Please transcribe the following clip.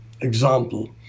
example